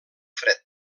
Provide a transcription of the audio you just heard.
fred